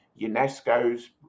UNESCO's